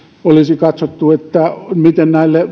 olisi katsottu mitä näille